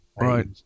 right